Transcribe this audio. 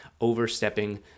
overstepping